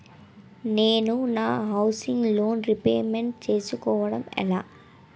నేను నా housing loan repayment చేసుకోవటం ఎలా?